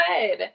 good